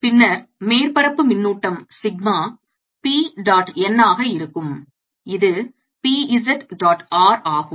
பின்னர் மேற்பரப்பு மின்னூட்டம் சிக்மா p டாட் n ஆக இருக்கும் இது p z டாட் r ஆகும்